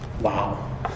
Wow